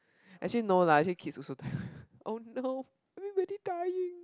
actually no lah actually kids also dying oh no everybody dying